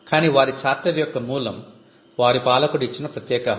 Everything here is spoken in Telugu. కానీ వారి చార్టర్ యొక్క మూలం వారి పాలకుడు ఇచ్చిన ప్రత్యేక హక్కు